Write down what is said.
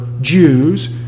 Jews